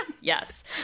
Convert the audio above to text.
Yes